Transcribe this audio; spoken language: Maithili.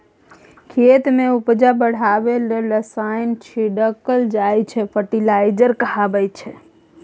खेत मे उपजा बढ़ाबै लेल जे रसायन छीटल जाइ छै फर्टिलाइजर कहाबै छै